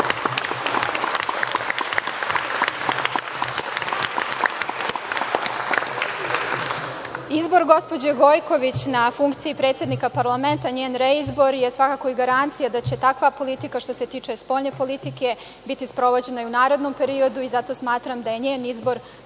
gospođe Gojković na funkciji predsednika parlamenta, njen reizbor, je svakako i garancija da će takva politika što se tiče spoljne politike biti sprovođena i u narednom periodu i zato smatram da je njen izbor